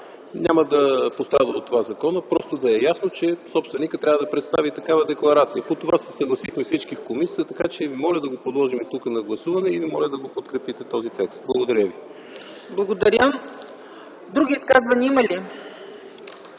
няма да пострада от това. Просто да е ясно, че собственикът трябва да представи такава декларация. По това се съгласихме всички в комисията, така че ви моля да го подложим тук на гласуване и моля да подкрепите този текст. Благодаря ви. ПРЕДСЕДАТЕЛ ЦЕЦКА ЦАЧЕВА: Благодаря. Други изказвания има ли?